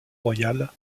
royal